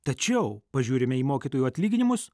tačiau pažiūrime į mokytojų atlyginimus